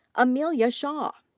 amelia shaw.